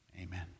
Amen